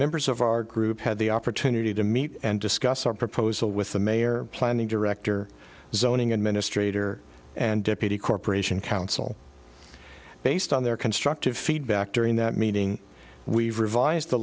members of our group had the opportunity to meet and discuss our proposal with the mayor planning director zoning administrator and deputy corporation counsel based on their constructive feedback during that meeting we revised the